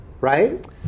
right